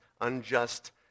unjust